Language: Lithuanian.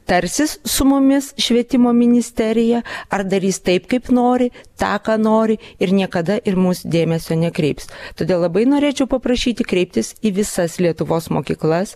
tarsis su mumis švietimo ministerija ar darys taip kaip nori tą ką nori ir niekada ir mūs dėmesio nekreips todėl labai norėčiau paprašyti kreiptis į visas lietuvos mokyklas